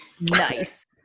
Nice